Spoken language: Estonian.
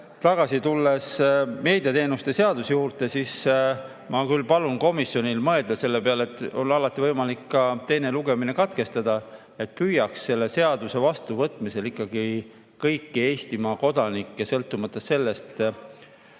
tagasi tulles meediateenuste seaduse juurde: ma tõesti palun komisjonil mõelda selle peale, et meil on alati võimalik teine lugemine katkestada. Püüaks selle seaduse vastuvõtmisel ikkagi kõiki Eestimaa kodanikke, sõltumata sellest,